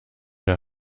der